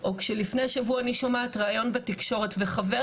או לפני שבוע אני שומעת ראיון בתקשורת וחבר